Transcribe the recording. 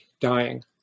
dying